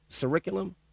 curriculum